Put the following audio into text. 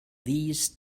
these